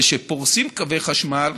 וכשפורסים קווי חשמל,